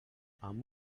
amb